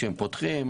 כשהן פותחות,